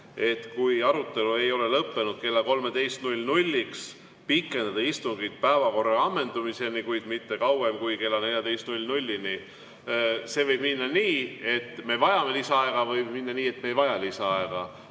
et kui arutelu ei ole lõppenud kella 13-ks, siis pikendada istungit päevakorra ammendumiseni, kuid mitte kauem kui kella 14-ni. Võib minna nii, et me vajame lisaaega, võib minna nii, et me ei vaja lisaaega.